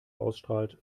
ausstrahlt